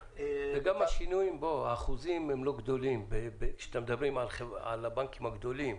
גם השינויים באחוזים הם לא גדולים כשאתם מדברים על הבנקים הגדולים.